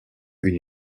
une